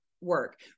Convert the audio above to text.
work